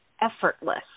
effortless